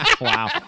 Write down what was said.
Wow